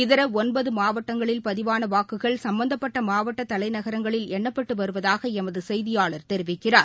இதர ஒன்பது மாவட்டங்களில் பதிவான வாக்குகள் சம்பந்தப்பட்ட மாவாட்ட தலைநகரங்களில் எண்ணப்பட்டு வருவதாக எமது செய்தியாளர் தெரிவிக்கிறார்